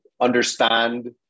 understand